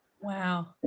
Wow